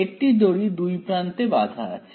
একটি দড়ি দুই প্রান্তে বাধা আছে